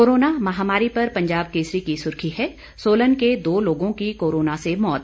corona महामारी पर पंजाब केसरी की सुर्खी है सोलन के दो लोगों की कोरोना से मौत